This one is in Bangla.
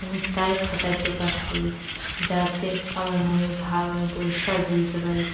আমি তাই খাতায় প্রকাশ করি যাতে আমার মনের ভাব আমি পরিষ্কার বুঝতে পারি